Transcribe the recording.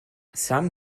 some